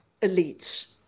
elites